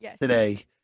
today